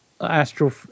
Astro